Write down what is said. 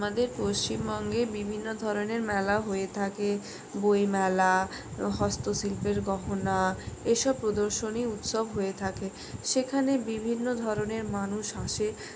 আমাদের পশ্চিমবঙ্গে বিভিন্ন ধরনের মেলা হয়ে থাকে বই মেলা হস্ত শিল্পের গহনা এসব প্রদর্শনী উৎসব হয়ে থাকে সেখানে বিভিন্ন ধরনের মানুষ আসে